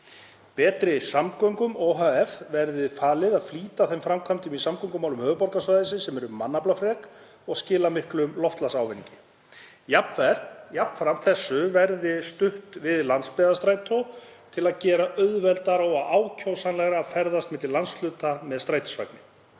Betri samgöngum ohf. verði falið að flýta þeim framkvæmdum í samgöngusáttmála höfuðborgarsvæðisins sem eru mannaflafrekar og skila miklum loftslagsávinningi. Jafnframt verði stutt við landsbyggðarstrætó til að gera auðveldara og ákjósanlegra að ferðast milli landshluta með strætisvagni.